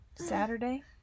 Saturday